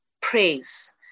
praise